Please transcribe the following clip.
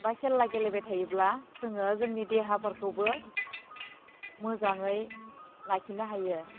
बा खेला गेलेबाय थायोब्ला जोङो जोंनि देहाफोरखौबो मोजाङै लाखिनो हायो